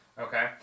okay